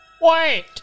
Wait